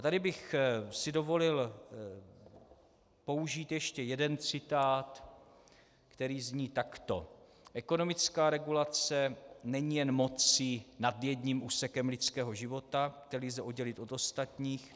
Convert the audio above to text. Tady bych si dovolil použít ještě jeden citát, který zní takto: Ekonomická regulace není jen mocí nad jedním úsekem lidského života, který lze oddělit od ostatních.